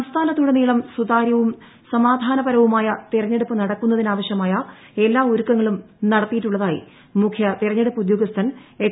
സംസ്ഥാനത്തുടനീളം സുതാര്യവും സമാധാനപരവുമായ തെരഞ്ഞെടുപ്പ് നടക്കുന്നതിനാവശ്യമായ എല്ലാ ഒരുക്കങ്ങളും നടത്തിയിട്ടുള്ളതായി മുഖ്യതെരഞ്ഞെടുപ്പ് ഉദ്യോഗസ്ഥൻ എച്ച്